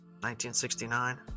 1969